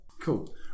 Cool